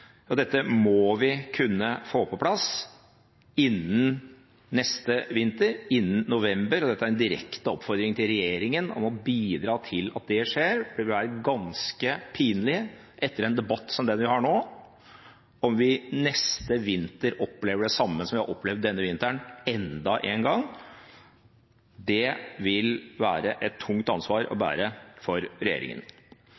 helseskader. Dette må vi kunne få på plass innen neste vinter, innen november, og dette er en direkte oppfordring til regjeringen om å bidra til at det skjer. Det vil være ganske pinlig etter en debatt som den vi har nå, om vi neste vinter opplever det samme som vi har opplevd denne vinteren, enda en gang. Det vil være et tungt ansvar å